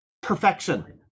perfection